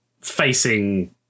facing